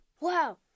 Wow